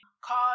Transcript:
call